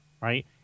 Right